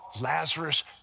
Lazarus